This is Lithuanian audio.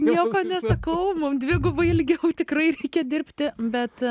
nieko nesakau mum dvigubai ilgiau tikrai reikia dirbti bet